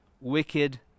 Wicked